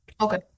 Okay